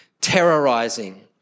terrorizing